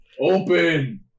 Open